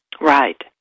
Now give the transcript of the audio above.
Right